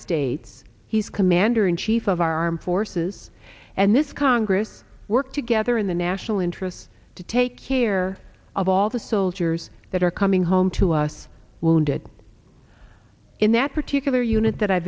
states he's commander in chief of our armed forces and this congress work together in the national interest to take care of all the soldiers that are coming home to us wounded in that particular unit that i